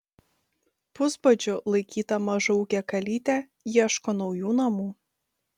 pusbadžiu laikyta mažaūgė kalytė ieško naujų namų